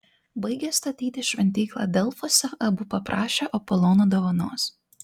baigę statyti šventyklą delfuose abu paprašė apolono dovanos